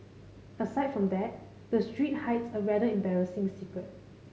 aside from that the street hides a rather embarrassing secret